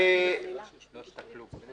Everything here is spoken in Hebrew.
היא לא עשתה כלום.